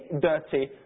dirty